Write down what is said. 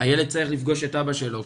הילד צריך לפגוש את אבא שלו.